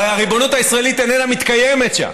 הרי הריבונות הישראלית איננה מתקיימת שם.